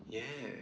yeah